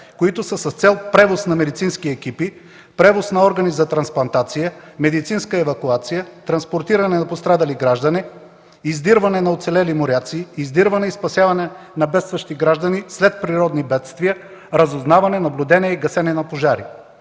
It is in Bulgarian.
които са с цел превоз на медицински екипи, превоз на органи за трансплантация, медицинска евакуация, транспортиране на пострадали граждани, издирване на оцелели моряци, издирване и спасяване на бедстващи граждани след природни бедствия, разузнаване, наблюдение и гасене на пожари.